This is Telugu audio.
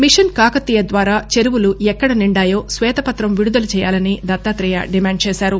మిషన్ కాకతీయ ద్వారా చెరువులు ఎక్కడ నిండాయో శ్వేతపత్రం విడుదల చేయాలని దత్తాత్రేయ డిమాండ్ చేశారు